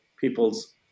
people's